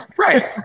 right